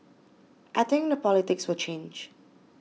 I think the politics will change